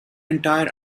entire